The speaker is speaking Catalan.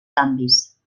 canvis